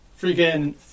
freaking